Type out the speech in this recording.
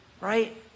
right